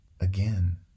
again